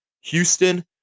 Houston